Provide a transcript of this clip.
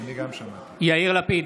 נוכח יאיר לפיד,